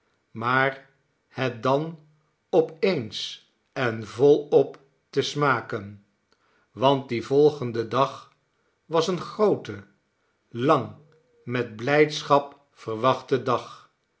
maar het dan op eens en volop te smaken want die volgende dag was een groote lang met blijdschap verwachte dag